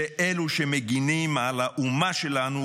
שאלו שמגינים על האומה שלנו,